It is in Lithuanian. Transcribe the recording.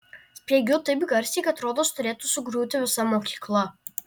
spiegiu taip garsiai kad rodos turėtų sugriūti visa mokykla